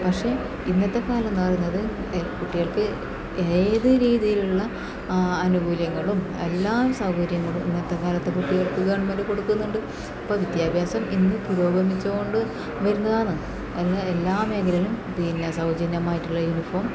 പക്ഷേ ഇന്നത്തെ കാലമെന്നു പറയുന്നത് കുട്ടികൾക്ക് ഏത് രീതിയിലുള്ള ആനുകൂല്യങ്ങളും എല്ലാ സൗകര്യങ്ങളും ഇന്നത്തെ കാലത്ത് കുട്ടികൾക്ക് ഗവൺമെൻറ് കൊടുക്കുന്നുണ്ട് ഇപ്പം വിദ്യാഭ്യാസം ഇന്ന് പുരോഗമിച്ചോണ്ട് വരുന്നതാന്ന് എല്ലാ എല്ലാ മേഖലയിലും പിന്നെ സൗജന്യമായിട്ടുള്ള യൂണിഫോം